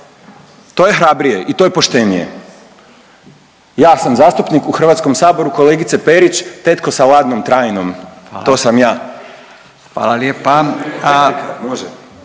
To je hrabrije i to je poštenije. Ja sam zastupnik u HS-u, kolegice Perić, tetko sa 'ladnom trajnom. To sam ja. **Radin,